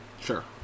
Sure